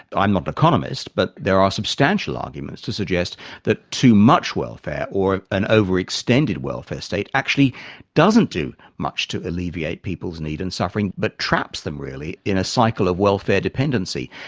i'm not an economist but there are substantial arguments to suggest that too much welfare or an over-extended welfare state actually doesn't do much to alleviate people's need and suffering but traps them really in a cycle of welfare dependency.